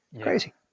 Crazy